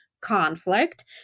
conflict